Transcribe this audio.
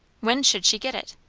when should she get it?